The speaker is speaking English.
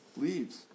leaves